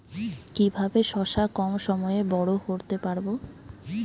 কিভাবে শশা কম সময়ে বড় করতে পারব?